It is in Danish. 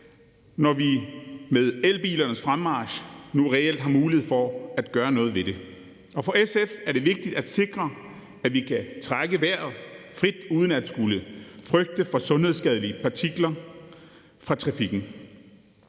når vi med elbilernes fremmarch nu reelt har mulighed for at gøre noget ved det. For SF er det vigtigt at sikre, at vi kan trække vejret frit uden at skulle frygte for sundhedsskadelige partikler fra trafikken.